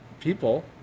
people